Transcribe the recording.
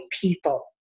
people